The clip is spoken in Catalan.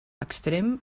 extrem